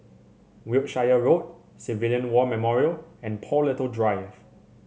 Wiltshire Road Civilian War Memorial and Paul Little Drive